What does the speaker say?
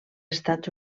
estats